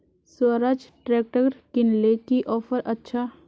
Swaraj tractor किनले की offer अच्छा?